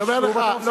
שוב אתה מפסיק אותי?